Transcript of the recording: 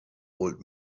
old